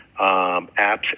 apps